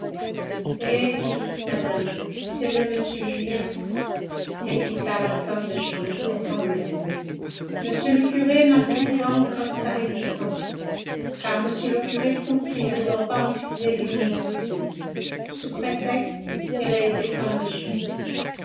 madame si ce n'est m julien répliqua la femme de chambre en sanglotant m le curé n'a pu vaincre sa résistance car m le curé trouve qu'il ne doit pas refuser une honnête fille sous prétexte qu'elle a été femme de